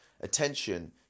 attention